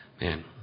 Man